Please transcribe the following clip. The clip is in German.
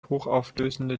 hochauflösende